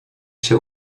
się